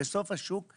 בסוף שעות הפעילות בשוק,